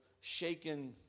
shaken